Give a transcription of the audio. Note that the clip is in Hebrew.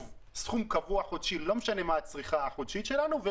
סכום חודשי קבוע בלי קשר לצריכה החודשית שלנו,